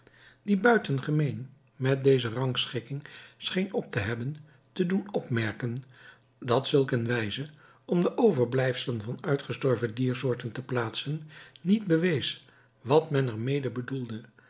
die buitengemeen met deze rangschikking scheen op te hebben te doen opmerken dat zulk eene wijze om de overblijfselen van uitgestorven diersoorten te plaatsen niet bewees wat men er mede bedoelde